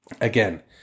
again